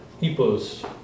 epos